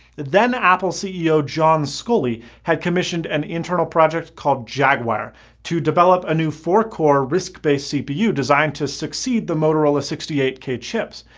apple ceo john sculley had commissioned an internal project called jaguar to develop a new four-core risc-based cpu designed to succeed the motorola sixty eight k chips.